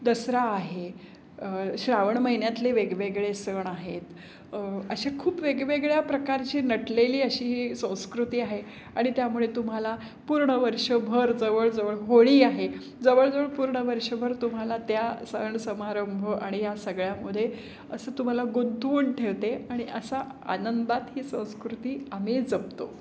दसरा आहे श्रावण महिन्यातले वेगवेगळे सण आहेत अशा खूप वेगवेगळ्या प्रकारची नटलेली अशी ही संस्कृती आहे आणि त्यामुळे तुम्हाला पूर्ण वर्षभर जवळजवळ होळी आहे जवळजवळ पूर्ण वर्षभर तुम्हाला त्या सण समारंभ आणि या सगळ्यामध्ये असं तुम्हाला गुंतवून ठेवते आणि अशा आनंदात ही संस्कृती आम्ही जपतो